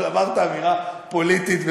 אבל אמרת אמירה פוליטית.